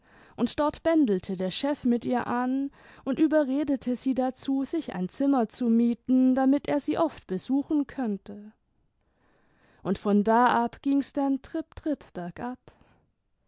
und dort bändelte der chef mit ihr an und überredete sie dazu sich ein zimmer zu mieten damit er sie oft besuchen könnte und von da ab ging's denn tripp tripp bergab ja